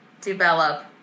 develop